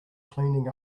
cleaning